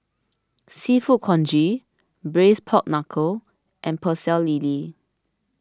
Seafood Congee Braised Pork Knuckle and Pecel Lele